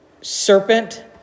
serpent